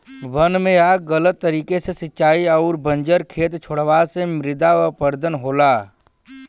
वन में आग गलत तरीका से सिंचाई अउरी बंजर खेत छोड़ला से मृदा अपरदन होला